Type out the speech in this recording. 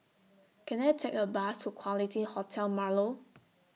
Can I Take A Bus to Quality Hotel Marlow